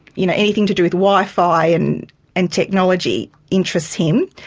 you know anything to do with wi-fi and and technology interests him,